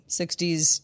60s